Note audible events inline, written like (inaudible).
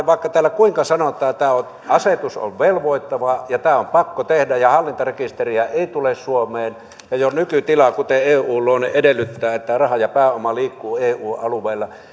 (unintelligible) vaikka täällä kuinka sanotaan että tämä asetus on velvoittava ja tämä on pakko tehdä ja hallintarekisteriä ei tule suomeen ja jo nykytila kuten eun luonne edellyttää että raha ja pääoma liikkuu eu alueella niin